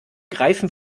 greifen